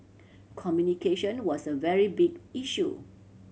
communication was a very big issue